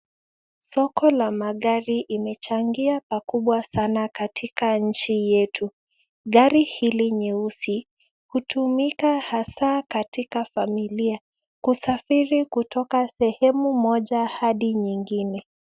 Soko la magari imechangia pakubwa sana katika nchi yetu. Gari hili nyeusi hutumika hasa katika familia, kusafiri kutoka sehemu moja hadi nyingine.